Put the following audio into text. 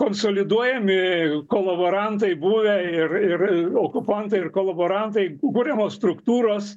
konsoliduojami kolaborantai buvę ir ir okupantai ir kolaborantai buriamos struktūros